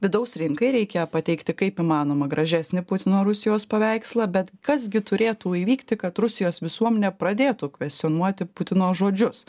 vidaus rinkai reikia pateikti kaip įmanoma gražesnį putino rusijos paveikslą bet kas gi turėtų įvykti kad rusijos visuomenė pradėtų kvestionuoti putino žodžius